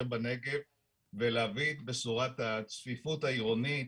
בנגב ולהביא את בשורת הצפיפות העירונית